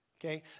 okay